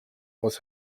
was